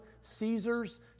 Caesar's